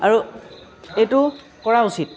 আৰু এইটো কৰা উচিত